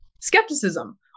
skepticism